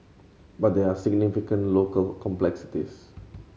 but there are significant local complexities